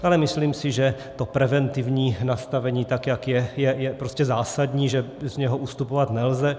Ale myslím si, že to preventivní nastavení, jak je, je prostě zásadní, že z něho ustupovat nelze.